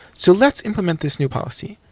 so let's implement this new policy.